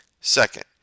Second